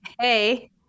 Hey